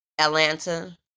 Atlanta